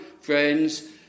friends